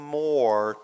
more